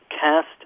cast